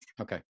Okay